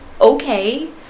Okay